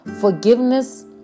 forgiveness